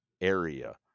area